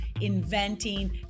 inventing